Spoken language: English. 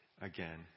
again